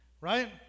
Right